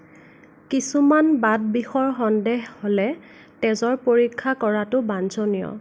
কিছুমান বাতবিষৰ সন্দেহ হ'লে তেজৰ পৰীক্ষা কৰাটো বাঞ্ছনীয়